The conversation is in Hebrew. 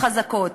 נפזר אותם.